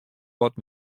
wat